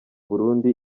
burundi